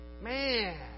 Man